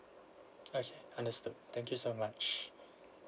okay understood thank you so much